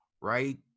right